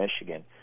Michigan